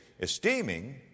Esteeming